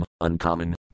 uncommon